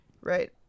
Right